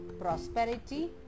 prosperity